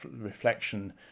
reflection